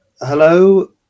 hello